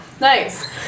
Nice